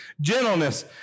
gentleness